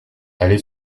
aller